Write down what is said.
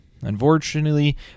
Unfortunately